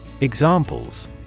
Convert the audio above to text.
Examples